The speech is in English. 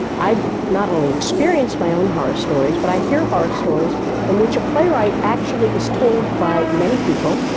i've not only experienced my own horror stories, but i hear horror stories in which a playwright actually is told by many people,